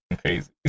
crazy